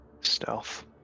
stealth